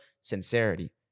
sincerity